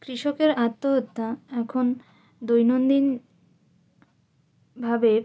কৃষকের আত্মহত্যা এখন দৈনন্দিনভাবে